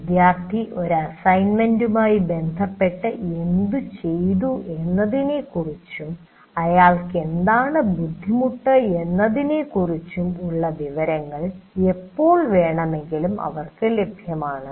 വിദ്യാർത്ഥി ഒരു അസൈൻമെന്റുമായി ബന്ധപ്പെട്ട് എന്തു ചെയ്തുവെന്നതിനെക്കുറിച്ചും അയാൾക്ക് എന്താണ് ബുദ്ധിമുട്ട് എന്നതിനെക്കുറിച്ചും ഉള്ള വിവരങ്ങൾ എപ്പോൾ വേണമെങ്കിലും അവർക്ക് ലഭ്യമാണ്